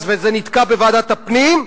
וזה נתקע בוועדת הפנים,